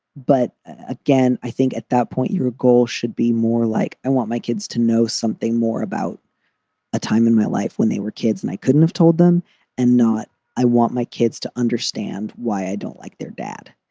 but again, i think at that point, your goal should be more like, i want my kids to know something more about a time in my life when they were kids and i couldn't have told them and not i want my kids to understand why i don't like their dad,